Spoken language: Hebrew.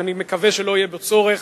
שאני מקווה שלא יהיה בו צורך,